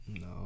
no